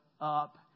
up